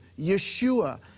Yeshua